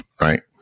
right